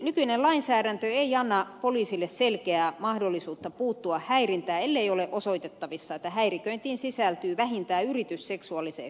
nykyinen lainsäädäntö ei anna poliisille selkeää mahdollisuutta puuttua häirintään ellei ole osoitettavissa että häiriköintiin sisältyy vähintään yritys seksuaaliseen hyväksikäyttöön